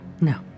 No